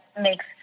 makes